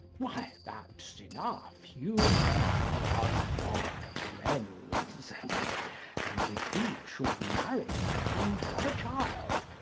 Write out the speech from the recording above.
why, that's enough. you and he are not friends and if he should marry and have a child,